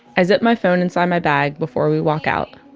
i zip my phone inside my bag before we walk out.